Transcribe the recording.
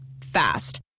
Fast